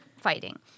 fighting